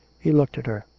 he looked at her.